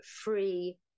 free